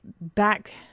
back